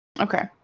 Okay